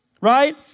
Right